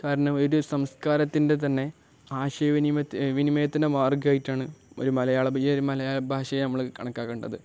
കാരണം ഒരു സംസ്കാരത്തിൻ്റെ തന്നെ ആശയ വിനിമയ വിനിമയത്തിൻ്റെ മാർഗ്ഗമായിട്ടാണ് ഒരു മലയാള മലയാള ഭാഷയെ നമ്മൾ കണക്കാക്കേണ്ടത്